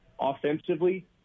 offensively